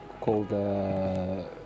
called